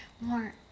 more